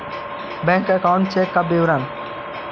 Bank account check का विवरण?